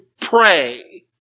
pray